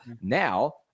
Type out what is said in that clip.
Now